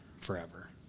forever